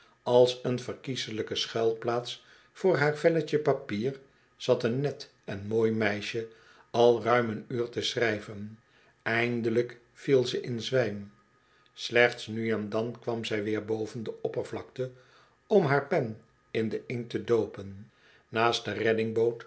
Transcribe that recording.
als een verkieselijke schuilplaats voor haar velletje papier zat een net en mooi meisje al ruim een uur te schrijven eindelijk viel ze in zwijm slechts nu en dan kwam zij weer boven de oppervlakte om haar pen in den inkt te doopen naast de